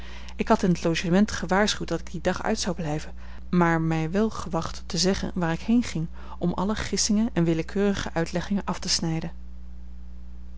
ik had in t logement gewaarschuwd dat ik dien dag uit zou blijven maar wij wel gewacht te zeggen waar ik heenging om alle gissingen en willekeurige uitleggingen af te snijden